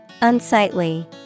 Unsightly